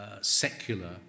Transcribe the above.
secular